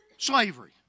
Slavery